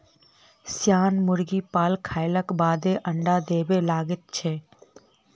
सियान मुर्गी पाल खयलाक बादे अंडा देबय लगैत छै